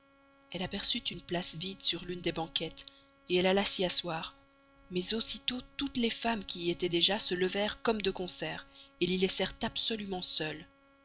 elle aperçut une place vide sur l'une des banquettes elle alla s'y asseoir mais aussitôt toutes les femmes qui y étaient déjà se levèrent comme de concert l'y laissèrent absolument seule